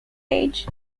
age